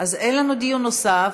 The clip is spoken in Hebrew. אז אין לנו דיון נוסף.